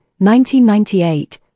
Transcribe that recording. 1998